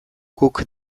guk